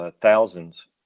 thousands